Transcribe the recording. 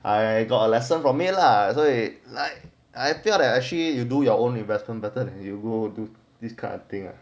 I I got a lesson from it lah like 所以 I felt that I actually you do your own investment burton you go do this kind of thing right